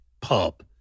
pub